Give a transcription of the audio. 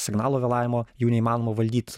signalo vėlavimo jų neįmanoma valdyt